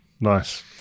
Nice